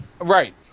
Right